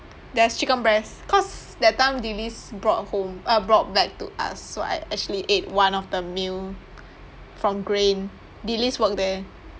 there's chicken breast cause that time dilys brought home uh brought back to us so I actually ate one of the meal from Grain dilys work there